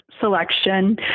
selection